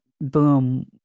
boom